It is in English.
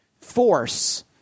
force